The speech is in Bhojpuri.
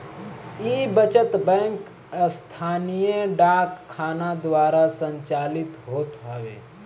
इ बचत बैंक स्थानीय डाक खाना द्वारा संचालित होत हवे